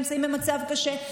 נמצאים במצב קשה.